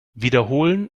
wiederholen